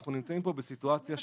אנחנו מודדים את זה?